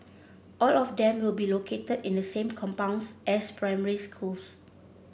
all of them will be located in the same compounds as primary schools